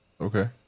Okay